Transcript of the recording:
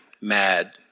mad